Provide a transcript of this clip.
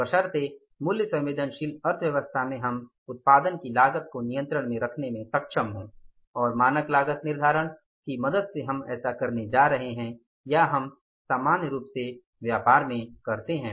बशर्ते मूल्य संवेदनशील अर्थव्यवस्था में हम उत्पादन की लागत को नियंत्रण में रखने में सक्षम हो और मानक लागत निर्धारण की मदद से हम ऐसा करने जा रहे हैं या यह हम सामान्य रूप से व्यापार में करते हैं